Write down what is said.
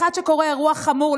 כשקורה אירוע חמור,